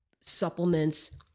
supplements